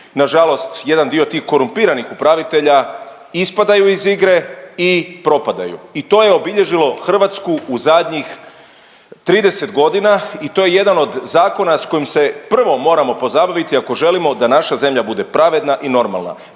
na žalost jedan dio tih korumpiranih upravitelja ispadaju iz igre i propadaju i to je obilježilo Hrvatsku u zadnjih 30 godina i to je jedan od zakona s kojim se prvo moramo pozabaviti ako želimo da naša zemlja bude pravedna i normalna.